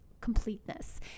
completeness